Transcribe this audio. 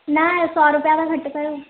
ना सौ रुपया त घटि कयो